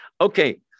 Okay